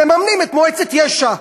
מממנים את מועצת יש"ע.